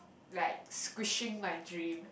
like squishing my dream